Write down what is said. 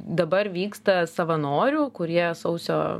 dabar vyksta savanorių kurie sausio